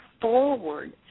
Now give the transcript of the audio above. forward